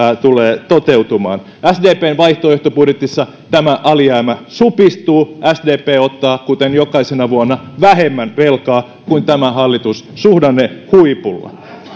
tulee toteutumaan sdpn vaihtoehtobudjetissa tämä alijäämä supistuu sdp ottaa kuten jokaisena vuonna vähemmän velkaa kuin tämä hallitus suhdannehuipulla